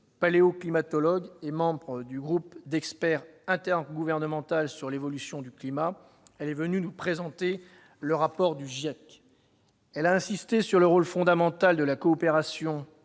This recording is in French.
paléo-climatologue et membre du groupe d'experts intergouvernemental sur l'évolution du climat, le GIEC. Venue nous présenter le rapport du GIEC, elle a insisté sur le rôle fondamental de la coopération